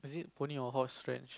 pony or horse rat shit